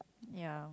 ya